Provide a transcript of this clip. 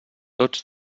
tots